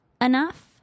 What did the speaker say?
enough